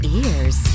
ears